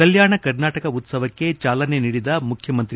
ಕಲ್ನಾಣ ಕರ್ನಾಟಕ ಉತ್ಸವಕ್ಕೆ ಜಾಲನೆ ನೀಡಿದ ಮುಖ್ಯಮಂತ್ರಿ